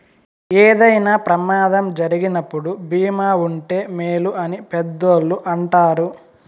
ఏదైనా ప్రమాదం జరిగినప్పుడు భీమా ఉంటే మేలు అని పెద్దోళ్ళు అంటారు